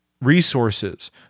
resources